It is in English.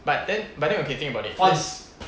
but then but then okay you think about it cause